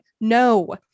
No